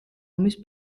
ომის